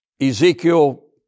Ezekiel